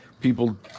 people